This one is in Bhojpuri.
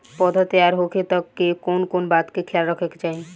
पौधा तैयार होखे तक मे कउन कउन बात के ख्याल रखे के चाही?